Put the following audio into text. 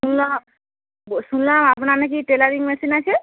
শুনলাম শুনলাম আপনার নাকি টেলারিং মেশিন আছে